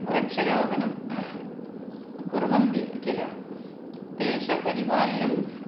वृक्षारोपणं कुर्वन्ति किल तेषां परिपालनं